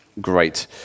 great